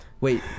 wait